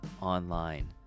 online